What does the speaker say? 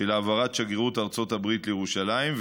של העברת שגרירות ארצות הברית לירושלים.